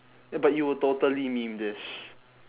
ya but you will totally meme this